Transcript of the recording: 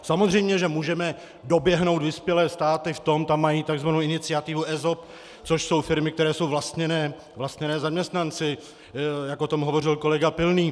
Samozřejmě že můžeme doběhnout vyspělé státy v tom, tam mají tzv. iniciativu ESOP, což jsou firmy, které jsou vlastněné zaměstnanci, jak o tom hovořil kolega Pilný.